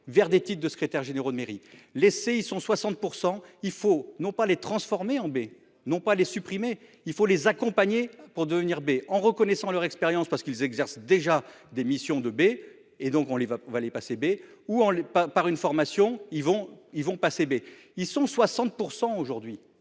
vers des types de secrétaires généraux de mairie laissée. Ils sont 60% il faut non pas les transformer en bé non pas les supprimer, il faut les accompagner pour devenir bé en reconnaissant leur expérience parce qu'ils exercent déjà des missions de B et donc on les, on va aller passer B ou en les pas par une formation ils vont ils vont passer. Bé ils sont 60% aujourd'hui.